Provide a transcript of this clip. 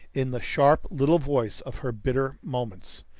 in the sharp little voice of her bitter moments.